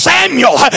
Samuel